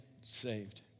saved